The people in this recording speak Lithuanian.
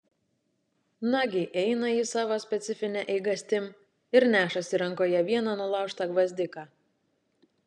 nagi eina jis savo specifine eigastim ir nešasi rankoje vieną nulaužtą gvazdiką